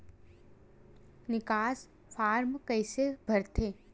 निकास फारम कइसे भरथे?